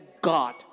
God